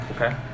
Okay